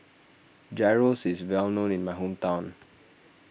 Gyros is well known in my hometown